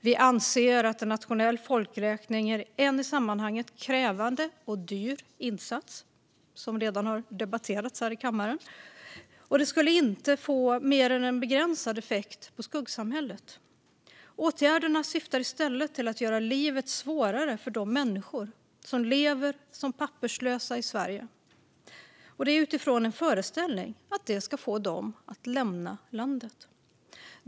Vi anser att en nationell folkräkning är en i sammanhanget krävande och dyr insats - vilket redan har debatterats här i kammaren - som inte skulle få mer än en begränsad effekt på skuggsamhället. Åtgärderna syftar i stället till att göra livet svårare för de människor som lever som papperslösa i Sverige, och detta utifrån en föreställning om att det ska få dem att lämna landet.